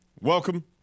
welcome